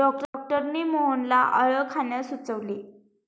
डॉक्टरांनी मोहनला आलं खाण्यास सुचविले